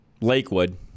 Lakewood